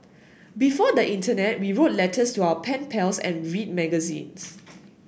before the internet we wrote letters to our pen pals and read magazines